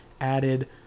added